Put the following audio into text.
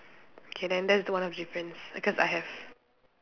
k then that's the one of the difference cause I have